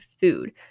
food